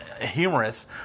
humorous